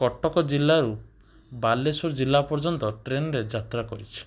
କଟକ ଜିଲ୍ଲାରୁ ବାଲେଶ୍ୱର ଜିଲ୍ଲା ପର୍ଯ୍ୟନ୍ତ ଟ୍ରେନରେ ଯାତ୍ରା କରିଛି